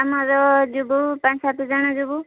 ଆମର ଯିବୁ ପାଞ୍ଚ ସାତ ଜଣ ଯିବୁ